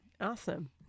Awesome